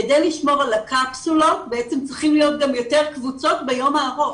כדי לשמור על הקפסולות צריכות להיות גם יותר קבוצות ביום הארוך.